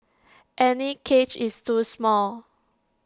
any cage is too small